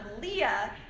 Leah